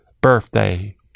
birthday